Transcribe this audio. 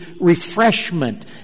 refreshment